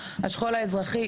השכול האזרחי,